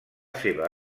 seva